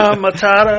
Matata